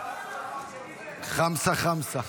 חמסה חמסה.